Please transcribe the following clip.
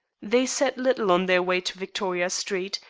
they said little on their way to victoria street,